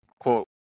quote